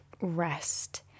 rest